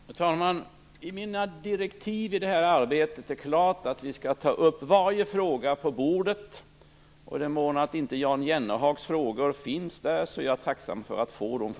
Herr talman! I mina direktiv för detta arbete är det klart utsagt att vi skall ta upp varje fråga som finns på bordet. I den mån Jan Jennehags frågor inte finns där nu är jag tacksam för att få dem.